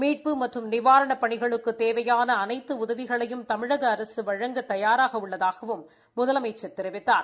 மீட்பு மற்றும் நிவாரணப் பணிகளுக்குத் தேவையான அனைத்து உதவிகளையும் தமிழக அரசு வழங்க தயாராக உள்ளதாகவும் முதலமைச்சர் தெரிவித்தார்